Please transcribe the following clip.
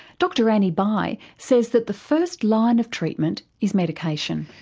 dr annie bye says that the first line of treatment is medication.